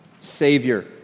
Savior